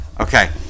Okay